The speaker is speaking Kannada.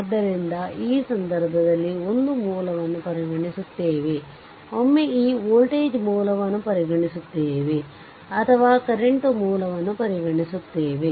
ಆದ್ದರಿಂದ ಆ ಸಂದರ್ಭದಲ್ಲಿ ಒಂದು ಮೂಲವನ್ನು ಪರಿಗಣಿಸುತ್ತೇವೆ ಒಮ್ಮೆ ಈ ವೋಲ್ಟೇಜ್ ಮೂಲವನ್ನು ಪರಿಗಣಿಸುತ್ತೇವೆ ಅಥವಾ ಕರೆಂಟ್ ಮೂಲವನ್ನು ಪರಿಗಣಿಸುತ್ತೇವೆ